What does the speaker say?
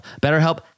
BetterHelp